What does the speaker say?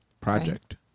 project